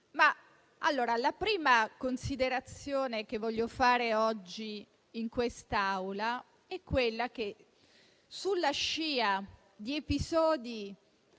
la prima considerazione che voglio fare oggi in quest'Aula è quella che, sulla scia degli episodi